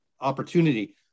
opportunity